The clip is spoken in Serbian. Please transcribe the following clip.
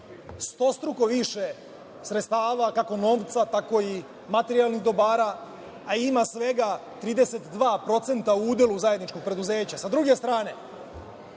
stostruko više sredstava, kako novca, tako i materijalnih dobara, a ima svega 32% u udelu zajedničkog preduzeća. Sa druge strane,